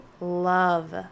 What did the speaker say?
love